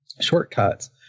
shortcuts